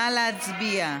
נא להצביע.